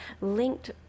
linked